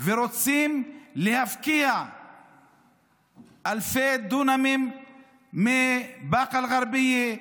ורוצים להפקיע אלפי דונמים מבאקה אל-גרבייה,